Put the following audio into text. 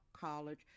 college